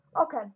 Okay